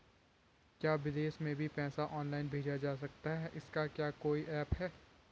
क्या विदेश में भी पैसा ऑनलाइन भेजा जा सकता है इसका क्या कोई ऐप है?